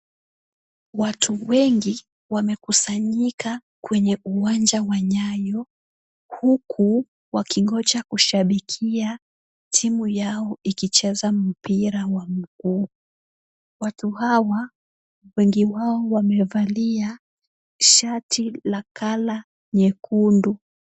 Watu wengi wamekusanyika kwenye uwanja wa Nyayo, huku wakingoja kushabikia timu yao ikicheza mpira wa miguu. Watu hawa wengi wao wamevalia shati la colour nyekundu.